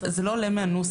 זה לא עולה מהנוסח.